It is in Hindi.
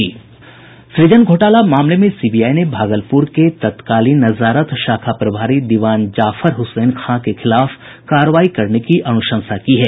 सुजन घोटाला मामले में सीबीआई ने भागलपुर के तत्कालीन नजारत शाखा प्रभारी दीवान जाफर हुसैन खां के खिलाफ कार्रवाई करने की अनुशंसा की है